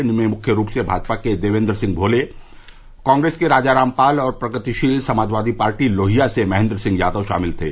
इनमें मुख्य रूप से भाजपा के देवेन्द्र सिंह भोले कांग्रेस से राजाराम पाल और प्रगतिशील समाजवादी पार्टी लोहिया से महेन्द्र सिंह यादव शामिल थे